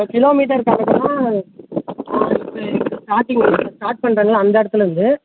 kilo metre கணக்குன்னா இப்போ ஸ்டார்டிங்கில் இப்போ ஸ்டார்ட் பண்ணுறாங்கள்ள அந்த இடத்தில் இருந்து